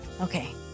Okay